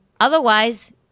Otherwise